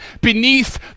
beneath